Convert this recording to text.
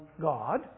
God